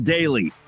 Daily